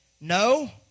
no